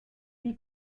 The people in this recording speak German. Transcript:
wie